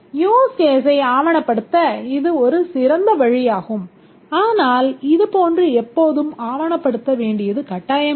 use கேஸை ஆவணப்படுத்த இது ஒரு சிறந்த வழியாகும் ஆனால் இதுபோன்று எப்போதும் ஆவணப்படுத்த வேண்டியது கட்டாயமில்லை